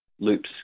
loops